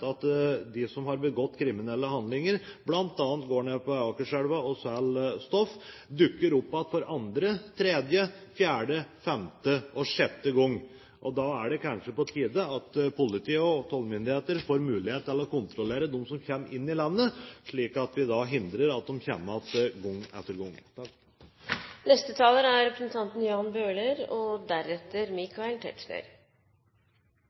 at de som har begått kriminelle handlinger, bl.a. går ned til Akerselva og selger stoff og dukker opp igjen for andre, tredje, fjerde, femte og sjette gang. Da er det kanskje på tide at politi og tollmyndigheter får mulighet til å kontrollere dem som kommer inn i landet, slik at vi hindrer at de kommer tilbake gang etter